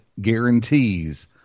guarantees